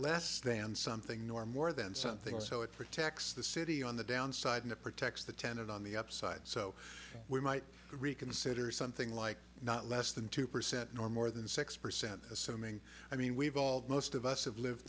less than something nor more than something so it protects the city on the downside to protect the tenant on the upside so we might reconsider something like not less than two percent nor more than six percent assuming i mean we've all most of us have lived